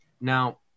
now